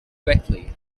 quickly